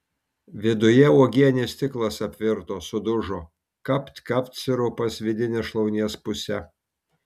viduje uogienės stiklas apvirto sudužo kapt kapt sirupas vidine šlaunies puse